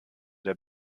der